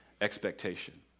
expectation